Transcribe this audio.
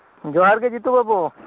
ᱡᱚᱦᱟᱨᱜᱤ ᱡᱤᱛᱩ ᱵᱟᱹᱵᱩ